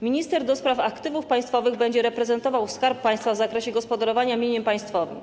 Minister do spraw aktywów państwowych będzie reprezentował Skarb Państwa w zakresie gospodarowania mieniem państwowym.